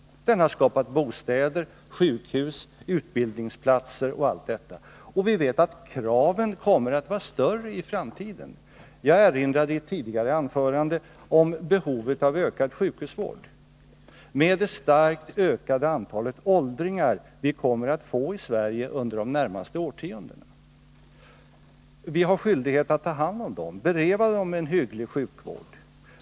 Den har skapat bostäder, sjukhus, utbildningsplatser och allt sådant. Och vi vet att kraven kommer att bli större i framtiden. Jag erinrade i ett tidigare anförande om behovet av ökad sjukhusvård på grund av ett starkt ökande antal åldringar som vi kommer att få i Sverige under de närmaste årtiondena. Vi har skyldighet att ta hand om dem och bereda dem en hygglig sjukvård.